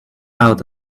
out